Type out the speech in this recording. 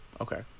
Okay